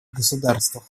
государствах